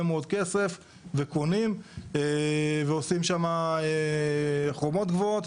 מאוד כסף וקונים ועושים שם חומות גבוהות.